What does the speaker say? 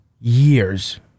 years